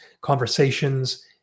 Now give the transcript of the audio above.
conversations